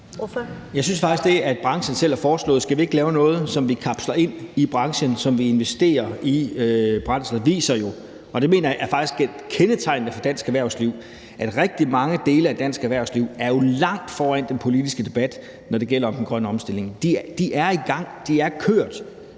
det, at branchen selv har foreslået det, altså at skal vi ikke lave noget, som vi kapsler ind i branchen, og som vi investerer i brændsler, jo viser det, som jeg mener faktisk er kendetegnende for dansk erhvervsliv, nemlig at rigtig mange dele af dansk erhvervsliv er langt foran den politiske debat, når det gælder den grønne omstilling. De er i gang, de er kørt.